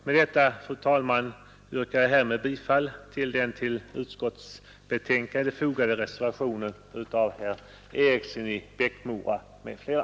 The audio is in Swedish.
Med detta, fru talman, yrkar jag bifall till reservationen 1 av herr Eriksson i Bäckmora m.fl.